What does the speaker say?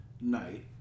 night